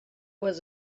was